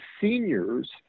seniors